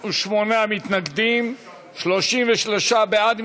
48 מתנגדים, 33 בעד.